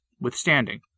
withstanding